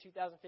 2015